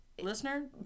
Listener